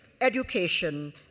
education